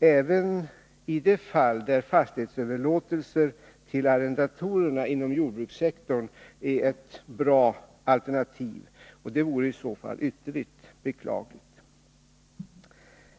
även i de fall där fastighetsöverlåtelser till arrendatorerna inom jordbrukssektorn är ett bra alternativ. Det vore i så fall synnerligen beklagligt.